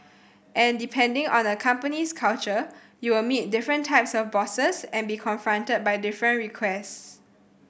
and depending on a company's culture you will meet different types of bosses and be confronted by different requests